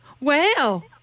Wow